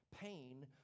Pain